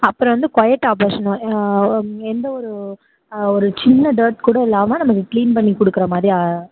அப்புறம் வந்து quiet operation எந்த ஒரு ஒரு சின்ன டேர்ட் கூட இல்லாமல் நமக்கு கிளீன் பண்ணிக் கொடுக்கற மாதிரி ஆ